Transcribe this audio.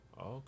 Okay